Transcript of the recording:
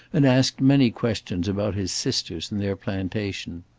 and asked many questions about his sisters and their plantation.